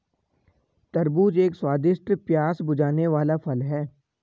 तरबूज एक स्वादिष्ट, प्यास बुझाने वाला फल है